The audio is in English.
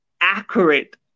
accurate